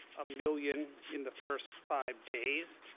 a million in the first five days,